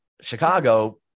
Chicago